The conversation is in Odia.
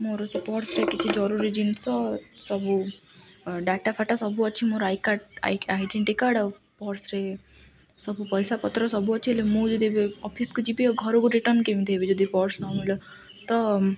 ମୋର ସେ ପର୍ସରେ କିଛି ଜରୁରୀ ଜିନିଷ ସବୁ ଡାଟାଫାଟା ସବୁ ଅଛି ମୋର ଆଇ କାର୍ଡ଼ ଆଇଡେଣ୍ଟି କାର୍ଡ଼ ଆଉ ପର୍ସରେ ସବୁ ପଇସାପତ୍ର ସବୁ ଅଛି ହେଲେ ମୁଁ ଯଦି ଏବେ ଅଫିସ୍କୁ ଯିବି ଆଉ ଘରକୁ ରିଟର୍ନ କେମିତି ହେବି ଯଦି ପର୍ସ ନ ମିଳିଲେ ତ